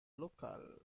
lokal